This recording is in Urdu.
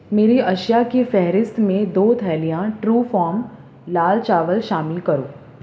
میری اشیا کی فہرست میں دو تھیلیاں ٹرو فام لال چاول شامل کرو